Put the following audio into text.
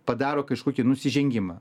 padaro kažkokį nusižengimą